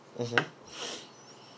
mmhmm